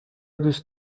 دوست